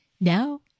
Now